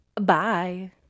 Bye